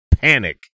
panic